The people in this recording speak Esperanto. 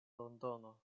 londono